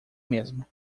mesmo